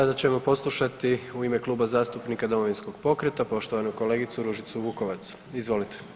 Sada ćemo poslušati u ime Kluba zastupnika Domovinskog pokreta poštovanu kolegicu Ružicu Vukovac, izvolite.